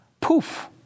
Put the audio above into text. poof